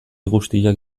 guztiak